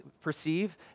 perceive